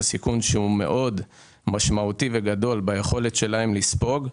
זה סיכון שהוא מאוד משמעותי וגדול מבחינת היכולת שלהן לספוג.